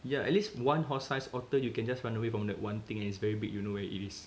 ya at least one horse-sized otter you can just run away from that one thing and is very big you know where it is